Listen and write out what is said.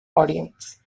audience